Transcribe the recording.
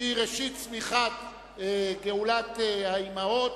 שהיא ראשית צמיחת גאולת האמהות,